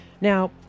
Now